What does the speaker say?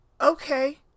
okay